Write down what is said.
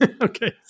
okay